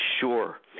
sure